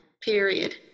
period